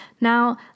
Now